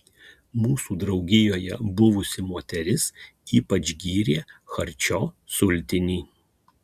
mūsų draugijoje buvusi moteris ypač gyrė charčio sultinį